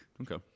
okay